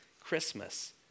Christmas